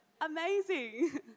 Amazing